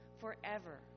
forever